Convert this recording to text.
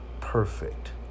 perfect